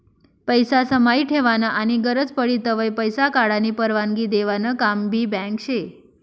पैसा समाई ठेवानं आनी गरज पडी तव्हय पैसा काढानी परवानगी देवानं काम भी बँक शे